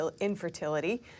infertility